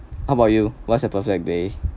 how about you what's your perfect day